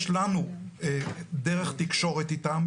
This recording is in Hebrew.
יש לנו דרך תקשורת איתם,